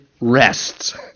rests